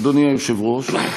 אדוני היושב-ראש,